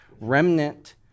remnant